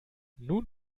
nun